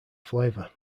flavor